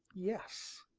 yes,